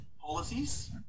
policies